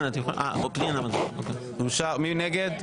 מי נגד?